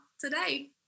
today